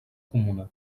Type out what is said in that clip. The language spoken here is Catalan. comuna